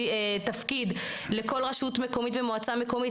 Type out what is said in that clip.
תפקיד לכל רשות מקומית ומועצה מקומית.